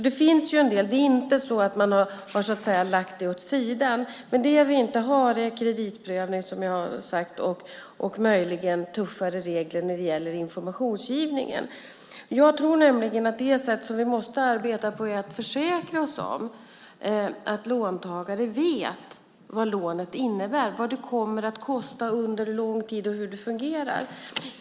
Det är inte så att vi lagt ärendet åt sidan, men det vi alltså inte har är kreditprövning och möjligen tuffare regler beträffande informationsgivningen. Jag tror att vi måste arbeta för att försäkra oss om att låntagare vet vad lånet innebär, vad det kommer att kosta och under hur lång tid, alltså hur det hela fungerar.